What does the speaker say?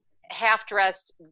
half-dressed